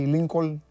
Lincoln